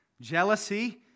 jealousy